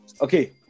Okay